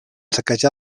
saquejar